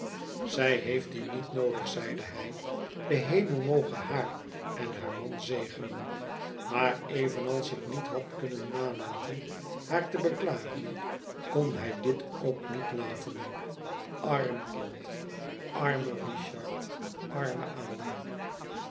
zij heeft die niet noodig zeide hij de hemel moge haar en haar man zegenen maar evenals ik niet had kunnen nalaten haar te beklagen kon hij dit ook niet laten arm kind arme richard arme ada